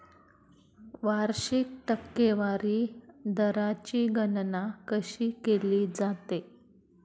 वार्षिक टक्केवारी दराची गणना कशी केली जाते?